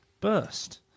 burst